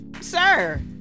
Sir